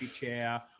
chair